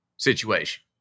situation